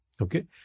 Okay